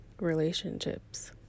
relationships